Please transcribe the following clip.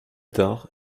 tard